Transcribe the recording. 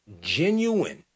genuine